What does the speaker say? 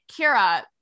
Kira